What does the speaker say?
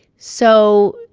so